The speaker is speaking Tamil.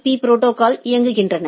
பி ப்ரோடோகால்ஸ்களை இயங்குகின்றன